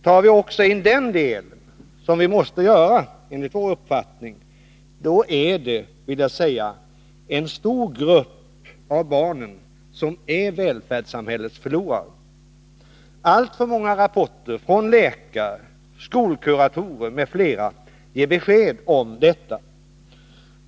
Tar vi även in den delen, vilket vi enligt vår uppfattning måste göra, är en stor grupp av barnen välfärdssamhällets förlorare. Alltför många rapporter från läkare, skolkuratorer m.fl. ger besked om detta.